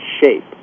shape